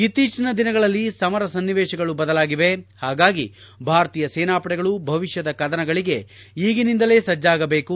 ಇತ್ತೀಚಿನ ದಿನಗಳಲ್ಲಿ ಸಮರ ಸನ್ನಿವೇಶಗಳು ಬದಲಾಗಿವೆ ಹಾಗಾಗಿ ಭಾರತೀಯ ಸೇನಾಪಡೆಗಳು ಭವಿಷ್ಣದ ಕದನಗಳಿಗೆ ಈಗಿನಿಂದಲೇ ಸಜ್ಜಾಗಬೇಕು